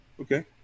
Okay